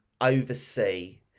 oversee